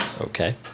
okay